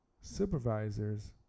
supervisors